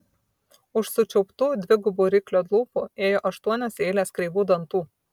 už sučiauptų dvigubų ryklio lūpų ėjo aštuonios eilės kreivų dantų